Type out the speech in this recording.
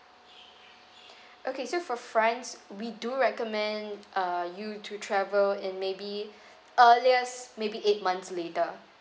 okay so for france we do recommend uh you to travel in maybe earliest maybe eight months later